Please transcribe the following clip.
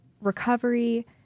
recovery